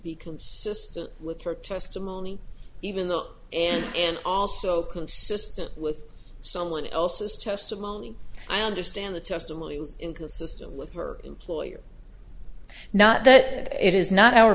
be consistent with her testimony even though and also consistent with someone else's testimony i understand the testimony was inconsistent with her employer not that it is not our